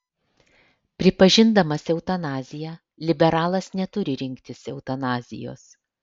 pripažindamas eutanaziją liberalas neturi rinktis eutanazijos